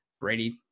Brady